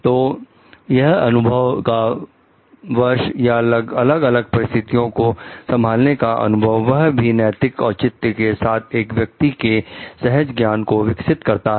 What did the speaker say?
तो वह अनुभव का वर्ष या अलग अलग परिस्थितियों को संभालने का अनुभव वह भी नैतिक औचित्य के साथ एक व्यक्ति के सहज ज्ञान को विकसित करता है